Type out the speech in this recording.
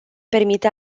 permite